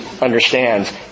understands